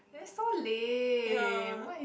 we're so lame why